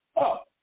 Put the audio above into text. up